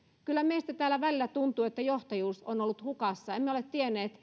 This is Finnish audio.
kyllä meistä täällä välillä tuntuu että johtajuus on ollut hukassa emme ole tienneet